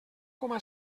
coma